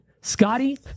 Scotty